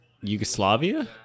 Yugoslavia